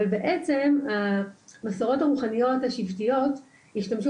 אבל המסורות הרוחניות השבטיות השתמשו